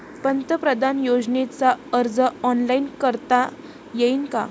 पंतप्रधान योजनेचा अर्ज ऑनलाईन करता येईन का?